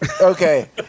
Okay